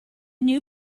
new